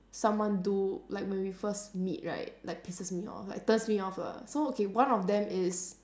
someone do like when we first meet right like pisses me off like turns me off lah so okay one of them is